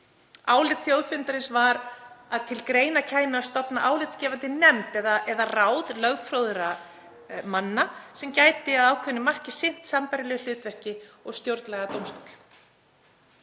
Álit þjóðfundarins var að til greina kæmi að stofna álitsgefandi nefnd eða ráð lögfróðra manna sem gæti að ákveðnu marki sinnt sambærilegu hlutverki og stjórnlagadómstóll.